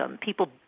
People